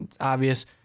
obvious